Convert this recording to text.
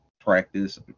practice